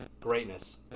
greatness